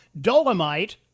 Dolomite